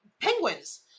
penguins